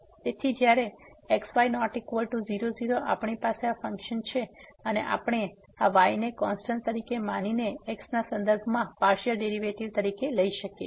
તેથી જ્યારે x y ≠ 00 આપણી પાસે આ ફંક્શન છે અને આપણે આ y ને કોન્સ્ટન્ટ તરીકે માનીને x ના સંદર્ભમાં પાર્સીઅલ ડેરીવેટીવ લઈ શકીએ છીએ